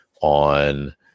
on